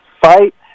fight